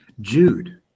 Jude